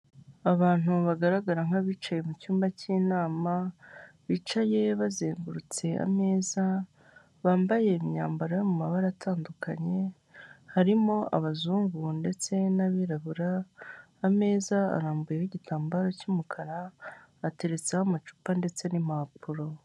Abantu bagaragara nk'abicaye mucyumba cy'inama, bicaye bazengurutse ameza bambaye imyambaro yo mumabara atandukanye, harimo abazungu ndetse n'abirabura, ameza arambuyeho igitambaro cy'umukara ateretseho amacupa ndetse n'impapuro.